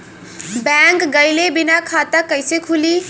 Bank गइले बिना खाता कईसे खुली?